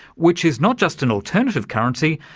which is not just an alternative currency,